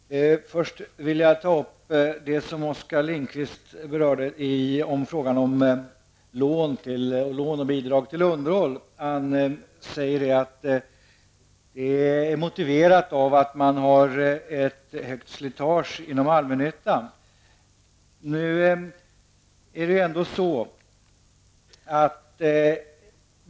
Herr talman! Först vill jag ta upp det som Oskar Lindkvist berörde i fråga om lån och bidrag till underhåll. Han sade att det är motiverat av att man har ett starkt slitage på allmännyttans fastigheter.